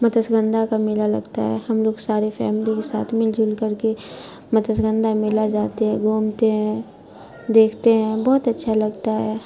متسگندھا کا میلا لگتا ہے ہم لوگ سارے فیملی کے ساتھ مل جل کر کے متسگندھا میلا جاتے ہیں گھومتے ہیں دیکھتے ہیں بہت اچھا لگتا ہے